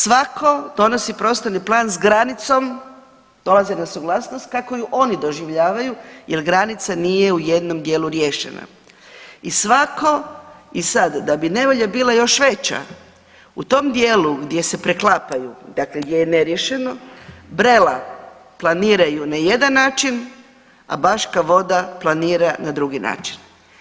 Svako donosi prostorni plan s granicom, dolazi na suglasnosti kako ju oni doživljavaju jel granica nije u jednom dijelu riješena i svako, i sad da bi nevolja bila još veća, u tom dijelu gdje se preklapaju, dakle gdje je neriješeno Brela planiraju na jedan način, a Baška Voda planira na drugi način.